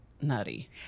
nutty